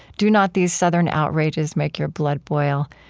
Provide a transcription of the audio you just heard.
do not these southern outrages make your blood boil?